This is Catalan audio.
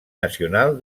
nacional